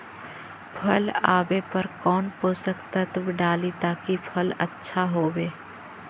फल आबे पर कौन पोषक तत्ब डाली ताकि फल आछा होबे?